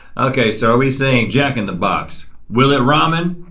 okay so are we saying jack in the box. will it ramen?